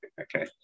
okay